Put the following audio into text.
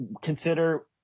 consider